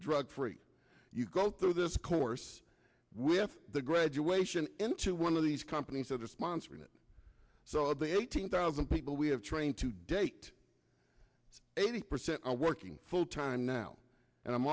drug free you go through this course we have the graduation in one of these companies are sponsoring it so the eighteen thousand people we have trained to date eighty percent are working full time now and i'm